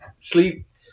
sleep